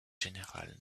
générales